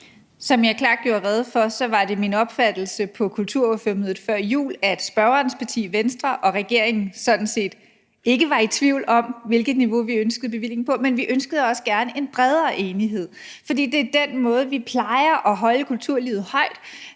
Som jeg klart gjorde rede for, var det min opfattelse på kulturordførermødet før jul, at spørgerens parti, Venstre, og regeringen sådan set ikke var i tvivl om, hvilket niveau vi ønskede bevillingen på, men vi ønskede også gerne en bredere enighed. For det er den måde, vi plejer at holde kulturlivet højt